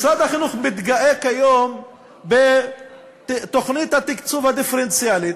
משרד החינוך מתגאה כיום בתוכנית התקצוב הדיפרנציאלי,